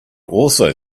also